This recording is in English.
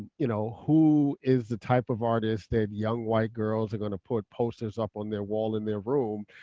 you know who is the type of artists that young white girls are going to put posters up on their wall in their room,